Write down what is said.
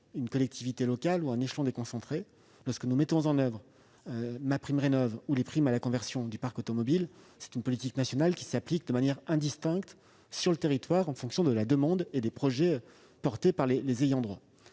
une collectivité locale ou un échelon déconcentré. MaPrimeRénov'ou les primes à la conversion du parc automobile sont des politiques nationales qui s'appliquent de manière indistincte sur le territoire en fonction de la demande et des projets des ayants droit.